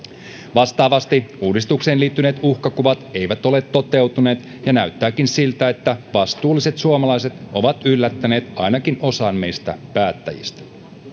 vastaavasti uudistukseen liittyneet uhkakuvat eivät ole toteutuneet ja näyttääkin siltä että vastuulliset suomalaiset ovat yllättäneet ainakin osan meistä päättäjistä